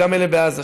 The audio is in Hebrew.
וגם אלה בעזה,